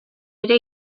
ere